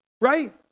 right